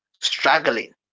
struggling